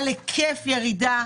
על היקף ירידה,